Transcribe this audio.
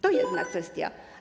To jedna kwestia.